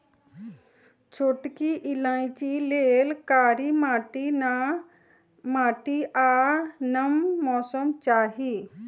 छोटकि इलाइचि लेल कारी माटि आ नम मौसम चाहि